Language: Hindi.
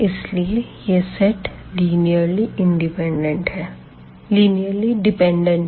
इसलिए यह सेट लिनिर्ली डिपेंडेंट है